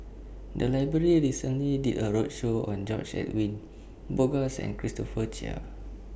The Library recently did A roadshow on George Edwin Bogaars and Christopher Chia